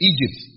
Egypt